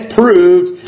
proved